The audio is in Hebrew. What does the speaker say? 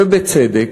ובצדק,